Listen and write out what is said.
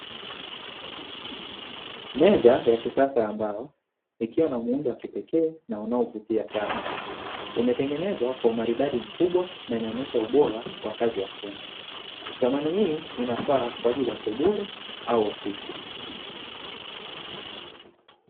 Meza ya kisasa ambayo nikiwa na muundo wa kipekee na unaovutia sana. Imetengenezwa kwa umaridadi mkubwa na inaonyesha ubora wa kazi ya fundi. Thamani hii inafaa kwa ajili ya sebule au ofisi.